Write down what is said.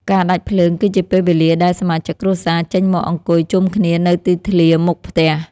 ការដាច់ភ្លើងគឺជាពេលវេលាដែលសមាជិកគ្រួសារ ចេញមកអង្គុយជុំគ្នានៅទីធ្លាមុខផ្ទះ។